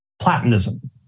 platonism